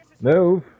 Move